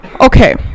okay